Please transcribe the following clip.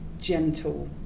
gentle